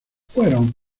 fueron